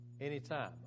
Anytime